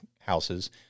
houses